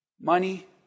money